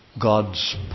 God's